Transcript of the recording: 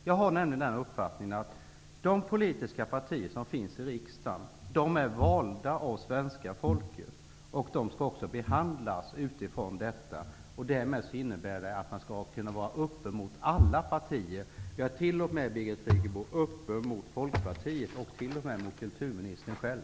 Jag har nämligen den uppfattningen att de politiska partier som finns i riksdagen är valda av svenska folket och också skall behandlas utifrån detta. Därmed innebär det att man skall kunna vara öppen mot alla partier, t.o.m. mot Folkpartiet och kulturministern själv.